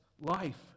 life